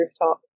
rooftop